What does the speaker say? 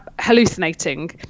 hallucinating